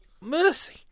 Mercy